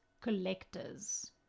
collectors